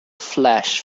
flash